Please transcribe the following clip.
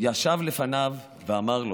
ישב לפניו ואמר לו: